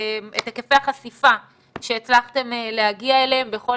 היקפי החשיפה שהצלחתם להגיע אליהם בכל